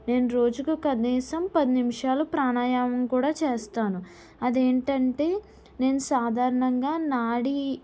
నేను రోజుకి కనీసం పది నిమిషాలు ప్రాణయామం కూడా చేస్తాను అదేంటంటే నేను సాధారణంగా నాడీ